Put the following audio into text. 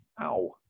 Ow